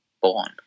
Born